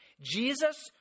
Jesus